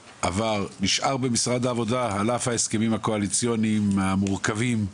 נשאר במשרד העבודה על אף ההסכמים הקואליציוניים המורכבים.